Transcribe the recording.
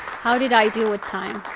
how did i do with time?